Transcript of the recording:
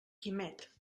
quimet